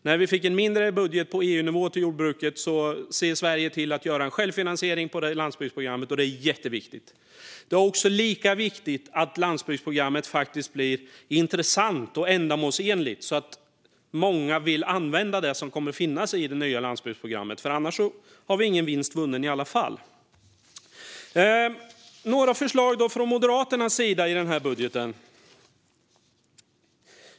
När vi fick en mindre budget för jordbruket på EU-nivå såg Sverige till att göra en självfinansiering av landsbygdsprogrammet, och det är jätteviktigt. Det är lika viktigt att det nya landsbygdsprogrammet blir intressant och ändamålsenligt så att många vill använda det som kommer att finnas i det. Annars har vi i alla fall ingen vinst vunnen. Så till några förslag i Moderaternas budget.